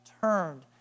turned